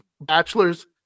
bachelors